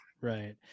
Right